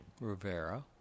Rivera